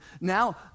Now